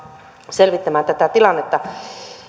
selvittämään tätä tilannetta